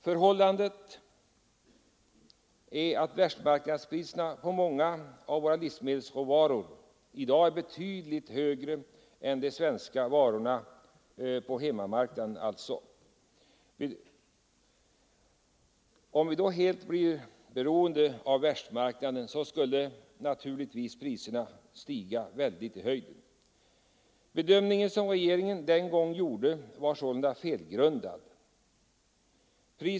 Förhållandet är att världsmarknadspriserna på många av livsmedelsråvarorna är betydligt högre än de svenska varornas priser på hemmamarknaden. Om vi blev helt beroende av världsmarknaden skulle naturligtvis priserna stiga väldigt i höjden. Den bedömning som regeringen den gången gjorde var således felgrundad.